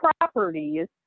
properties